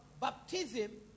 baptism